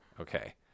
Okay